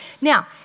Now